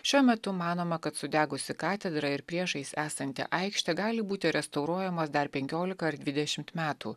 šiuo metu manoma kad sudegusi katedra ir priešais esanti aikštė gali būti restauruojamos dar penkiolika ar dvidešimt metų